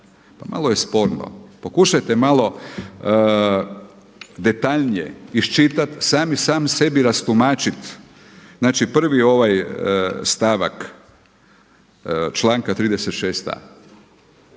malo je sporno. Pokušajte malo detaljnije iščitati, sami sebi rastumačit. Znači prvi ovaj stavak članka 36a.